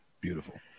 Beautiful